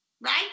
right